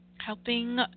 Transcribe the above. Helping